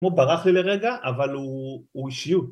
‫הוא ברח לי לרגע, אבל הוא אישיות.